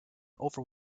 over